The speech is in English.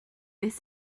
this